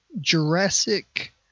Jurassic